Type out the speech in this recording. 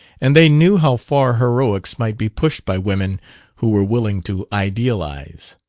and they knew how far heroics might be pushed by women who were willing to idealize.